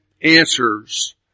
answers